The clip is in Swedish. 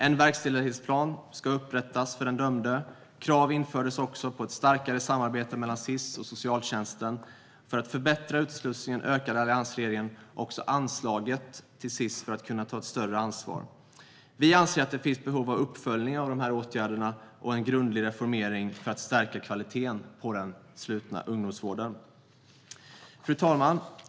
En verkställighetsplan ska upprättas för den dömde. Krav infördes också på ett starkare samarbete mellan Sis och socialtjänsten. För att förbättra utslussningen ökade alliansregeringen anslaget till Sis för att kunna ta ett större ansvar. Vi anser att det finns behov av uppföljning av dessa åtgärder och en grundlig reformering för att stärka kvaliteten på den slutna ungdomsvården. Fru talman!